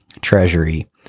treasury